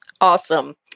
Awesome